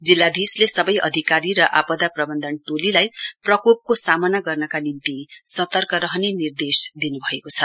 जिल्लाधीशले सबै अधिकारी र आपदा प्रबन्धन टोलीलाई प्रकोपको सामना गर्नका निम्ति सर्तक रहने निर्देश दिनुभएको छ